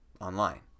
online